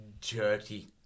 dirty